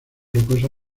rocosa